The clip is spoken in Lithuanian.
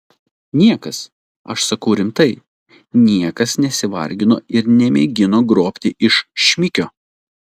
niekas aš sakau rimtai niekas nesivargino ir nemėgino grobti iš šmikio